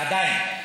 ועדיין.